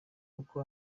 uko